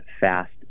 fast